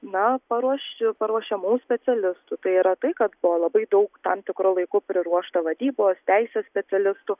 na paruošiu paruošiamų specialistų tai yra tai kad po labai daug tam tikro laiko priruošta vadybos teisės specialistų